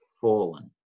fallen